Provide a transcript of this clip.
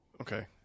Okay